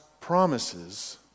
promises